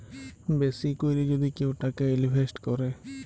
বেশি ক্যরে যদি কেউ টাকা ইলভেস্ট ক্যরে